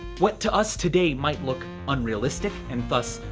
what to us today might look unrealistic and thus